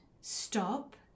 stop